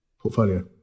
portfolio